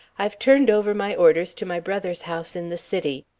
i've turned over my orders to my brother's house in the city.